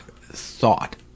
thought